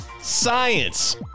science